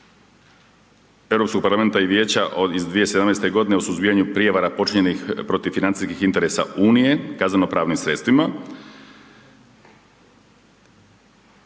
Europskog parlamenta i Vijeća iz 2017. o suzbijanju prijevara počinjenih protiv financijskih interesa Unije kazneno pravnim sredstvima.